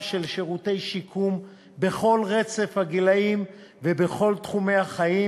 של שירותי שיקום בכל רצף הגילים ובכל תחומי החיים: